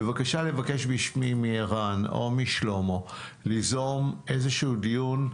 בבקשה לבקש מערן או משלמה ליזום איזשהו דיון.